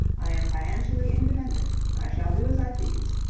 i am financially independent. i shall do as i please.